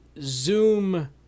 Zoom